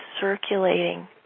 circulating